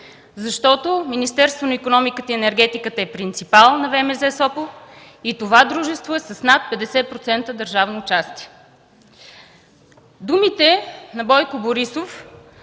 Защото Министерството на икономиката, енергетиката и туризма е принципал на ВМЗ – Сопот и това дружество е с над 50% държавно участие. Думите на Бойко Борисов,